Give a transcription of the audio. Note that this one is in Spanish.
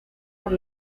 por